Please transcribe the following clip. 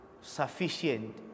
sufficient